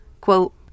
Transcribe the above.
Quote